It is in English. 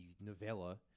novella